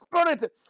Spirit